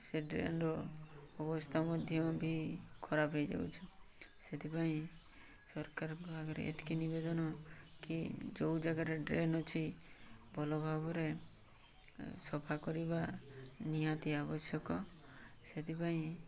ସେ ଡ୍ରେନ୍ର ଅବସ୍ଥା ମଧ୍ୟ ବି ଖରାପ ହେଇଯାଉଛି ସେଥିପାଇଁ ସରକାରଙ୍କ ଆଗରେ ଏତିକି ନିବେଦନ କି ଯୋଉ ଜାଗାରେ ଡ୍ରେନ୍ ଅଛି ଭଲ ଭାବରେ ସଫା କରିବା ନିହାତି ଆବଶ୍ୟକ ସେଥିପାଇଁ